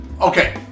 okay